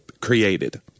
created